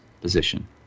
position